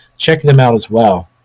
check them out as well.